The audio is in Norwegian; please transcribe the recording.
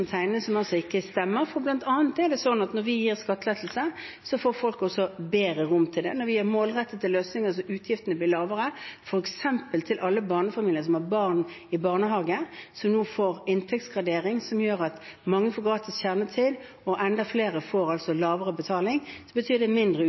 som tegnes, som altså ikke stemmer. Blant annet er det sånn at når vi gir skattelettelser, får folk bedre rom til det. Når vi har målrettede løsninger så utgiftene blir lavere – f.eks. til alle barnefamilier som har barn i barnehage, som nå får inntektsgradering som gjør at mange får gratis kjernetid og enda flere får